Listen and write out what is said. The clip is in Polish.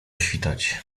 świtać